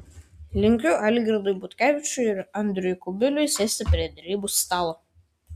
linkiu algirdui butkevičiui ir andriui kubiliui sėsti prie derybų stalo